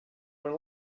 were